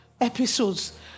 episodes